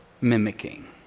mimicking